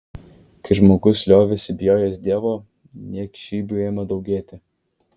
kai žmogus liovėsi bijojęs dievo niekšybių ėmė daugėti